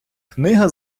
книга